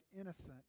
innocent